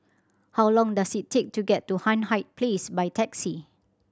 how long does it take to get to Hindhede Place by taxi